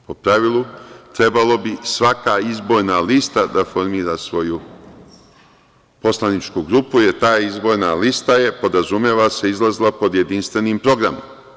Po pravilu, trebalo bi svaka izborna lista da formira svoju poslaničku grupu, jer ta izborna lista je, podrazumeva se, izlazila pod jedinstvenim programom.